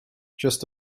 just